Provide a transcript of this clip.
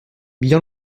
bien